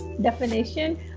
definition